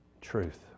Truth